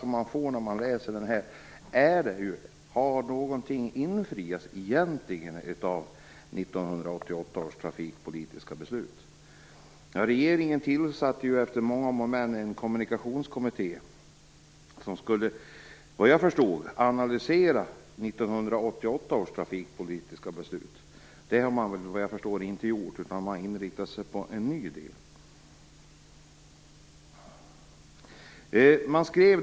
Det man funderar på vid läsningen är ju om någonting egentligen har infriats av 1988 års trafikpolitiska beslut. Regeringen tillsatte efter många om och men en kommunikationskommitté, som såvitt jag förstod skulle analysera beslutet. Efter vad jag vet har kommittén inte gjort detta utan i stället inriktat sig på en ny del.